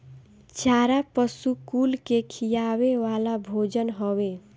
चारा पशु कुल के खियावे वाला भोजन हवे